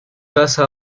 casa